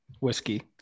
Whiskey